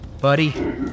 Buddy